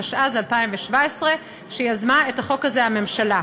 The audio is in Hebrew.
התשע"ז 2017. יזמה את החוק הזה הממשלה.